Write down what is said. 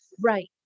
Right